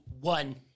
one